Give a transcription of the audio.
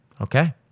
Okay